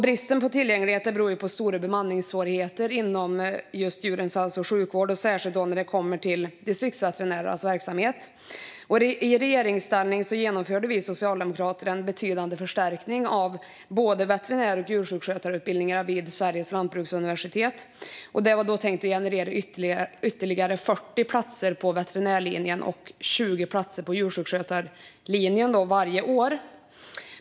Bristen på tillgänglighet beror på stora bemanningssvårigheter inom djurens hälso och sjukvård, särskilt när det gäller Distriktsveterinärernas verksamhet. I regeringsställning genomförde vi socialdemokrater en betydande förstärkning av veterinär och djursjukskötarutbildningarna vid Sveriges lantbruksuniversitet. Den var tänkt att generera ytterligare 40 platser på veterinärutbildningen och 20 platser på djursjukskötarutbildningen varje år.